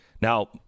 Now